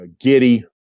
Giddy